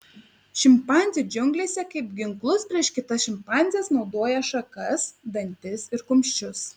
šimpanzė džiunglėse kaip ginklus prieš kitas šimpanzes naudoja šakas dantis ir kumščius